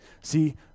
See